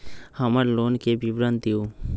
हमर लोन के विवरण दिउ